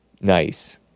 Nice